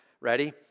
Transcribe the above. Ready